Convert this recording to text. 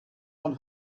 one